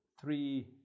three